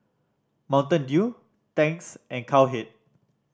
Mountain Dew Tangs and Cowhead